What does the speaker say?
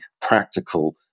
practical